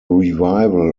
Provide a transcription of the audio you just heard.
revival